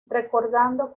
recordando